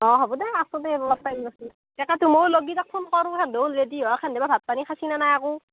অঁ হ'ব দে আছো দে এমান টাইম আছে দে তাতে মইও লগকেইটাক ফোন কৰোঁ সেহঁতেও যদি বা কি হয় ভাত পানী খাইছে নে নাই আকৌ